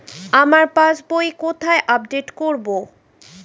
আমার পাস বই কোথায় আপডেট করব?